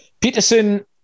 Peterson